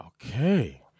Okay